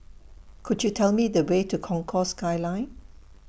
Could YOU Tell Me The Way to Concourse Skyline